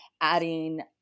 adding